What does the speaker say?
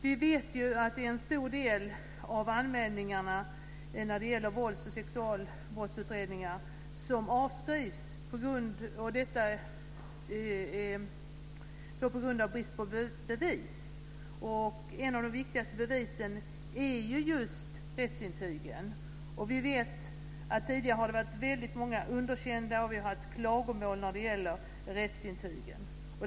Vi vet ju att en stor del av vålds och sexualbrottsutredningarna avskrivs på grund av brist på bevis. Ett av de viktigaste bevisen är just rättsintygen. Vi vet att det tidigare har varit väldigt många underkända sådana, och vi har haft klagomål när det gäller rättsintygen.